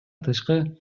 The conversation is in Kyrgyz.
тышкы